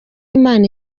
imana